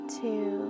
two